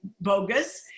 bogus